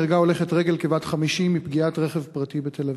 נהרגה הולכת רגל כבת 50 מפגיעת רכב פרטי בתל-אביב,